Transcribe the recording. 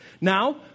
Now